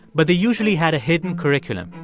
but they usually had a hidden curriculum.